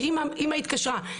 שאימא התקשרה,